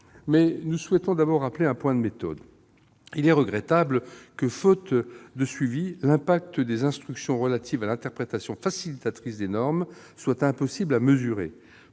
je souhaite commencer par rappeler un point de méthode. Il est regrettable que, faute de suivi, l'incidence des instructions relatives à l'interprétation facilitatrice des normes soit impossible à mesurer.